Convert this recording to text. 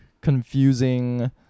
confusing